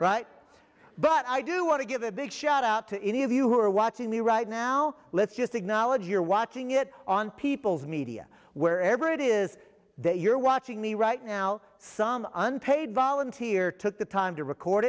right but i do want to give a big shout out to any of you who are watching me right now let's just acknowledge you're watching it on people's media wherever it is that you're watching me right now some unpaid volunteer took the time to record